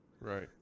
Right